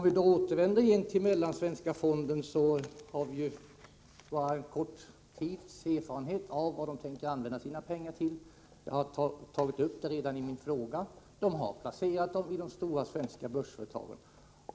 Jag återvänder till Mellansvenska fonden. Vi har bara kort tids erfarenhet av vad den tänker använda sina pengar till, men fonden har hittills — som jag har nämnt redan i min fråga — placerat pengarna i de stora svenska börsföretagen.